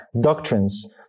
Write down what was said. doctrines